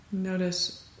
Notice